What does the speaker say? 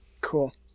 Cool